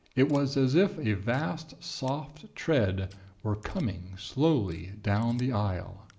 it was as if a vast, soft tread were coming slowly down the aisle.